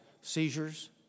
seizures